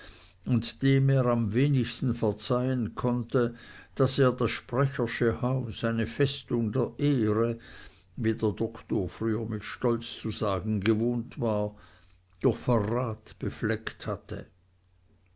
und dem er am wenigsten verzeihen konnte daß er das sprechersche haus eine festung der ehre wie der doktor früher mit stolz zu sagen gewohnt war durch verrat befleckt hatte